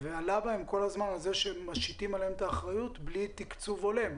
ועלה כל הזמן הנושא שמשיתים עליהם את האחריות בלי תקצוב הולם.